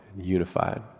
unified